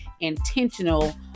intentional